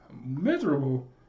miserable